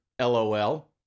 lol